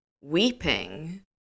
weeping